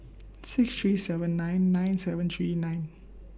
six three seven nine nine seven three nine